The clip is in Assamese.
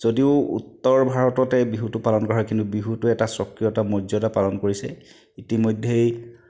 যদিও উত্তৰ ভাৰততে এই বিহুটো পালন কৰা হয় কিন্তু বিহুটো এটা স্বকীয়তা মৰ্যদা পালন কৰিছে ইতিমধ্যেই